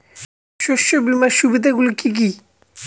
শস্য বিমার সুবিধাগুলি কি কি?